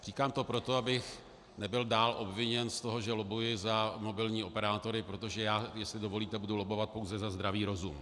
Říkám to proto, abych nebyl dál obviněn z toho, že lobbuji za mobilní operátory, protože já, jestli dovolíte, budu lobbovat pouze za zdravý rozum.